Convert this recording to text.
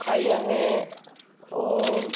खाइयाँ हैं और